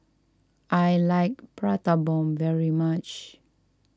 I like Prata Bomb very much